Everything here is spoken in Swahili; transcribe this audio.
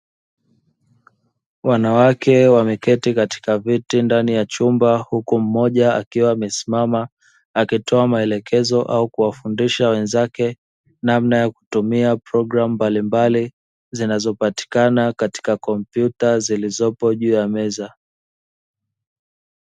Wanawake wameketi katika viti ndani ya chumba huku mmoja akiwa amesimama, akitoa maelekezo au kuwafundisha wenzake namna ya kutumia programu mbalimbali zinazopatikana katika kompyuta zilizopo juu ya meza.